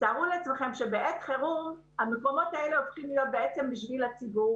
תארו לעצמכם שבעת חירום המקומות האלה הופכים להיות לשימוש הציבור